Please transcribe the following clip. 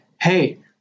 hey